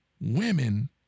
women